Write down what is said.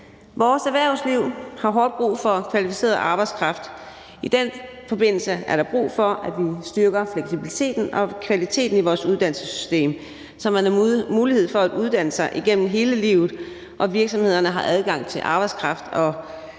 Vores erhvervsliv har hårdt brug for kvalificeret arbejdskraft. I den forbindelse er der brug for, at vi styrker fleksibiliteten og kvaliteten i vores uddannelsessystem, så man har mulighed for at uddanne sig igennem hele livet, og så virksomhederne har adgang til arbejdskraft, som også har de